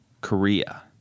Korea